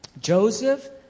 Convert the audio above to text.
Joseph